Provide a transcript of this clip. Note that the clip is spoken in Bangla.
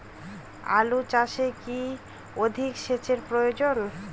আলু চাষে কি অধিক সেচের প্রয়োজন?